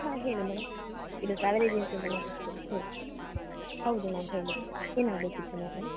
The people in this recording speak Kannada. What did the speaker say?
ಹಾಂ ಹೇಳಿ ಮೇಡಮ್ ಇದು ಟ್ರಾವೆಲ್ ಏಜನ್ಸಿಯಿಂದ ಮಾತಾಡ್ತಾ ಇರೋದ್ ಸರ್ ಹೌದು ಮ್ಯಾಮ್ ಹೇಳಿ ಏನಾಗ್ಬೇಕಿತ್ತು ಮೇಡಮ್